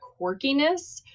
quirkiness